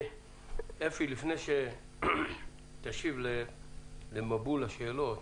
אפי, לפני שתשיב למבול השאלות,